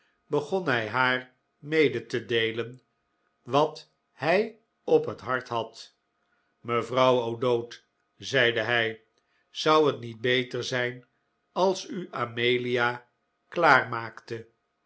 begon hij haar mede te deelen wat hij op het hart had mevrouw o'dowd zeide hij zou het niet beter zijn als u amelia klaar